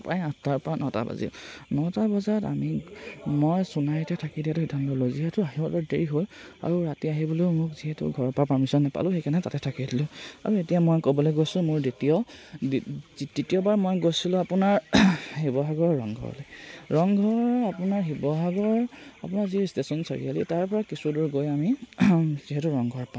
প্ৰায় আঠটাৰ পৰা নটা বাজিল নটা বজাত আমি মই সোনাৰীতে থাকি দিয়াটো সিদ্ধান্ত লওঁ যিহেতু আহিবলৈ দেৰি হ'ল আৰু ৰাতি আহিবলৈও মোক যিহেতু ঘৰৰ পৰা পাৰ্মিশ্যন নাপালোঁ সেইকাৰণে তাতে থাকি দিলোঁ আৰু এতিয়া মই ক'বলৈ গৈছোঁ মোৰ দ্বিতীয় তৃতীয়বাৰ মই গৈছিলোঁ আপোনাৰ শিৱসাগৰৰ ৰংঘৰলে ৰংঘৰ আপোনাৰ শিৱসাগৰ আপোনাৰ যি ষ্টেচন চাৰিআলি তাৰপৰা কিছুদূৰ গৈ আমি যিহেতু ৰংঘৰ পাওঁ